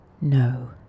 No